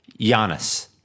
Giannis